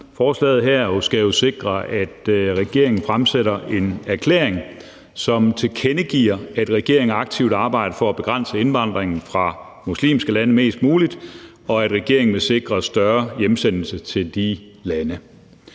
Forslaget her skal jo sikre, at regeringen fremkommer med en erklæring , som tilkendegiver, at regeringen aktivt arbejder for at begrænse indvandringen fra muslimske lande mest muligt, og at regeringen vil sikre større hjemsendelse til de lande.